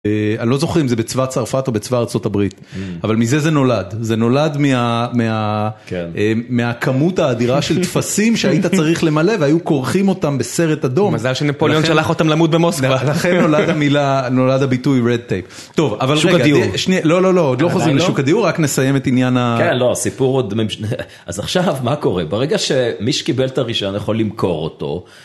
אני לא זוכר אם זה בצבא צרפת או בצבא ארה״ב אבל מזה זה נולד זה נולד מהכמות האדירה של טפסים שהיית צריך למלא והיו כורכים אותם בסרט אדום. מזל שנפוליון שלח אותם למות במוסקבה. לכן נולד הביטוי רד טייפ. טוב, שוק הדיור. לא לא לא עוד לא חוזרים לשוק הדיור רק נסיים את עניין. כן לא הסיפור עוד ממש... אז עכשיו מה קורה ברגע שמי שקיבל את הרישיון יכול למכור אותו.